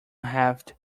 halved